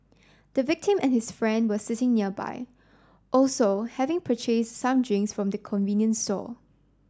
the victim and his friend were sitting nearby also having purchase some drinks from the convenience store